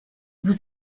vous